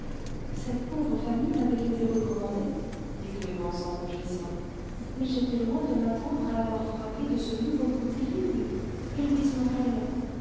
cette pauvre famille m'avait été recommandée dit clémence en rougissant mais j'étais loin de m'attendre à la voir frappée de ce nouveau coup terrible et louise morel